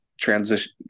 transition